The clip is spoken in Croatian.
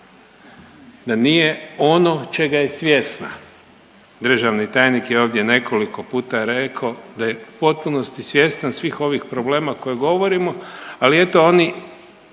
Da nije ono čega je svjesna. Državni tajnik je ovdje nekoliko puta rekao da je u potpunosti svjestan svih ovih problema koje govorimo ali eto oni